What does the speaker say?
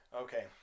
Okay